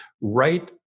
right